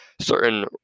Certain